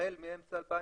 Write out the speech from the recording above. החל מאמצע 2021,